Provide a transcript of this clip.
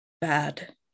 bad